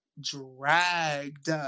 dragged